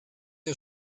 ihr